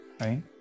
right